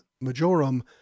majorum